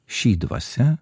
ši dvasia